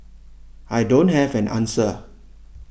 I don't have an answer